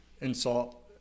insult